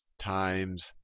times